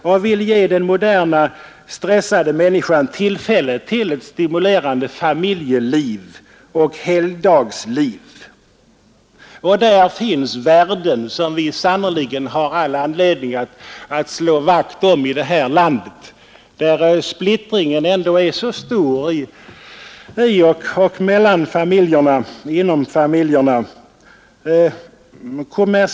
Vi vill ge den moderna, stressade människan tillfälle till ett stimulerande familjeoch helgdagsliv. De värden som ligger i det har vi sannerligen all anledning att slå vakt om i det här landet, där splittringen inom familjerna ofta är stor.